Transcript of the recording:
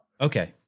Okay